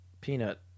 peanut